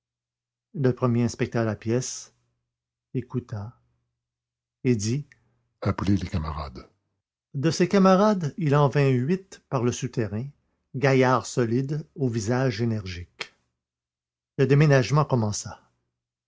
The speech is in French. le premier inspecta la pièce écouta et dit appelez les camarades de ces camarades il en vint huit par le souterrain gaillards solides au visage énergique et le déménagement commença